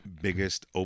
biggest